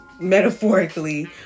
metaphorically